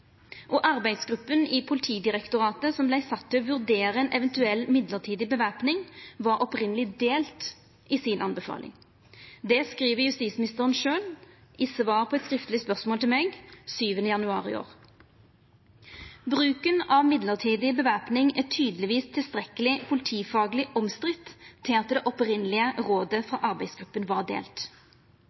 og arbeidsgruppa i Politidirektoratet som vart sett til å vurdera ei eventuell mellombels væpning, var opphavleg delt i si anbefaling. Det skriv justisministeren sjølv i svar til meg den 7. januar i år på eit skriftleg spørsmål. Bruken av mellombels væpning er tydelegvis tilstrekkeleg politifagleg omstridt til at arbeidsgruppa var delt